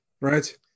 right